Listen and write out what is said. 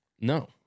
No